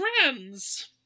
friends